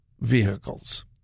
Vehicles